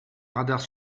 radars